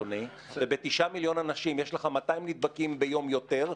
ויש לך 200 נדבקים ביום יותר,